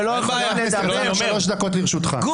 חברי הכנסת באו לדיון ולא יכולים לדבר?